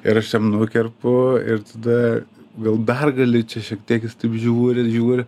ir aš jam nukerpu ir tada gal dar gali šiek tiek jis taip žiūri žiūri